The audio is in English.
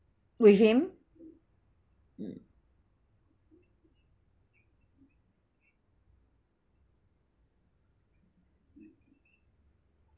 with him mm